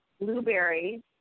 blueberries